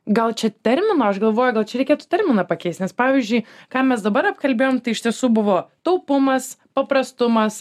gal čia terminą aš galvoju gal čia reikėtų terminą pakeist nes pavyzdžiui ką mes dabar apkalbėjom tai iš tiesų buvo taupumas paprastumas